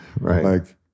Right